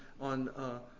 on